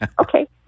okay